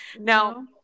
Now